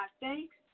thanks